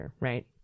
right